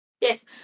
Yes